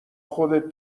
خودت